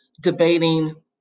debating